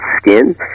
skin